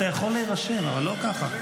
אתה יכול להירשם, אבל לא ככה.